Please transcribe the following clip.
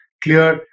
clear